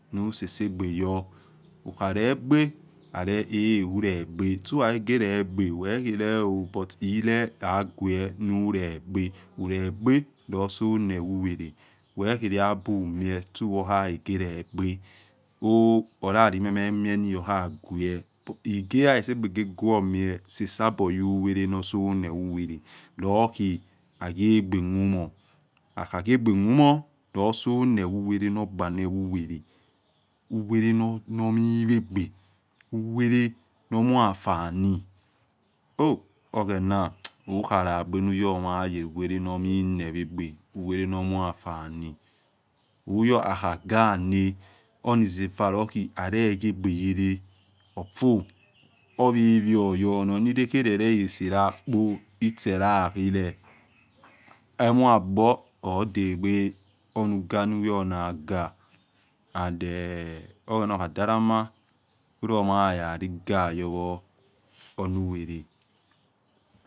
Nusesegbeyo huhalegbe oh hulegbe tsu hahegelegbe weheleoh but ole agueh nulegbe hulegbe losone wuheete, wohe habumie utsu yohahegelegbe oh hula limememieniyohagueh igeya lisagbe guo mie lesabor uywele nosone yuwele lohi haguegbe mumor hakhagiegbe mumor losono yuwele nor gbane uwele uwele nomiwe gbe uwele nomuafano oh oghena hukhialagbe nuyo mayelu wele nor minowagbe uwele nor muafano uyor hakha gana onizeva loho alekhiogbe wele ofo huwewehuyor oniko herere laselakpo itsela hele amhor agbor hudegbehunuganuyornaga ande oghen huha da la ma hulomayaya logahowo hunuwele.